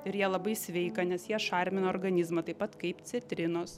ir jie labai sveika nes jie šarmina organizmą taip pat kaip citrinos